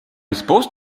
supposed